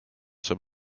saab